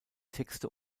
texte